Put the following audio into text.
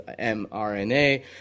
mrna